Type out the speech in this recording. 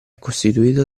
costituito